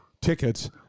tickets